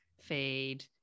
feed